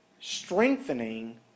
strengthening